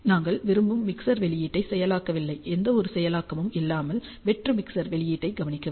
நாங்கள் விரும்பும் மிக்சர் வெளியீட்டை செயலாக்கவில்லை எந்தவொரு செயலாக்கமும் இல்லாமல் வெற்று மிக்சர் வெளியீட்டைக் கவனிக்கவும்